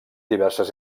diverses